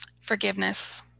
Forgiveness